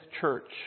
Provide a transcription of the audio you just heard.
church